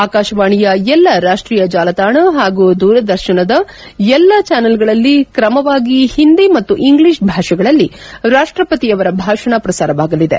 ಆಕಾಶವಾಣಿಯ ಎಲ್ಲಾ ರಾಷ್ಟೀಯ ಜಾಲತಾಣ ಹಾಗೂ ದೂರದರ್ಶನದ ಎಲ್ಲಾ ಚಾನಲ್ಗಳಲ್ಲಿ ಕ್ರಮವಾಗಿ ಹಿಂದಿ ಮತ್ತು ಇಂಗ್ಲೀಷ್ ಭಾಷೆಗಳಲ್ಲಿ ರಾಷ್ಷಪತಿಯವರ ಭಾಷಣ ಪ್ರಸಾರವಾಗಲಿದೆ